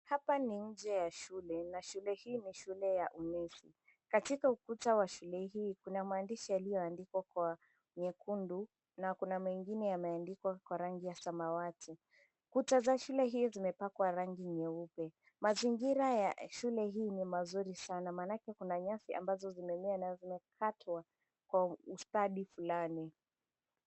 Hapa ni nje ya shule na shule hii ni shule ya Humisi. Katika kuta ya shule hii kuna mahandishi yaliyoandikwa kwa nyekundu, na kuna mengine yameandikwa kwa rangi ya samawati. Kuta za shule hii zimepakwa rangi nyeupe. Mazingira ya shule hii ni mazuri sana, manake kuna nyasi ambazo zimemea na zimekatwa kwa ustadi fulani.